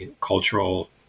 cultural